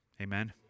Amen